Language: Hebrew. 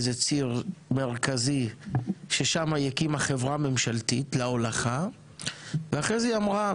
זה ציר מרכזי ששם היא הקימה חברה ממשלתית להולכה ואחרי זה היא אמרה,